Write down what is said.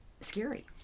scary